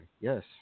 Yes